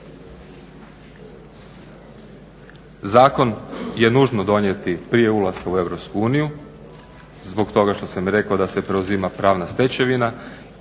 Zakon je nužno donijeti prije ulaska u EU zbog toga što sam i rekao da se preuzima pravna stečevina